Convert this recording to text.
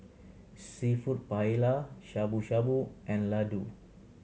Seafood Paella Shabu Shabu and Ladoo